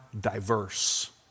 diverse